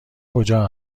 کجا